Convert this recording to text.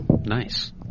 Nice